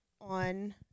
on